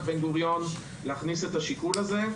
בן גוריון להכניס את השיקול הזה,